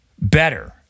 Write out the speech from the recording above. better